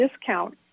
discount